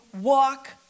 walk